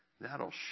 that'll